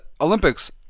Olympics